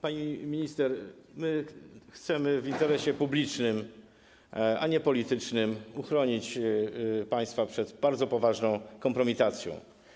Pani minister, my chcemy w interesie publicznym, a nie politycznym uchronić państwa przed bardzo poważną kompromitacją.